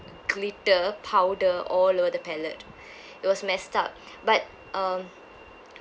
glitter powder all over the palette it was messed up but uh